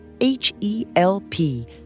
H-E-L-P